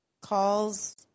calls